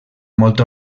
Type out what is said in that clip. molt